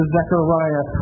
Zechariah